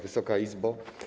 Wysoka Izbo!